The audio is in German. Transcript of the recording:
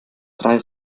drei